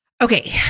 Okay